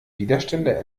widerstände